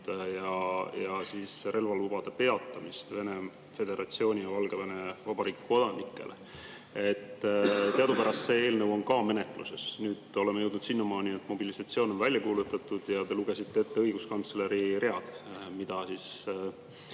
[kehtivuse] peatamist Venemaa Föderatsiooni ja Valgevene Vabariigi kodanike puhul. Teadupärast ka see eelnõu on menetluses. Nüüd oleme jõudnud sinnamaani, et mobilisatsioon on välja kuulutatud, ja te lugesite ette õiguskantsleri read, kuidas